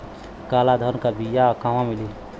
काला धान क बिया कहवा मिली?